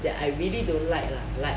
that I really don't like lah like